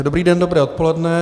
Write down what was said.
Dobrý den, dobré odpoledne.